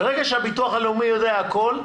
ברגע שהביטוח הלאומי יודע הכול,